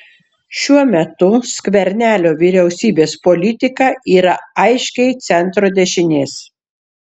šiuo metu skvernelio vyriausybės politika yra aiškiai centro dešinės